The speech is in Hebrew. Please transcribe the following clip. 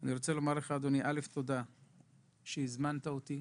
אני רוצה לומר לך אדוני, תודה שהזמנת אותי,